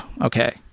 okay